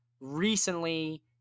recently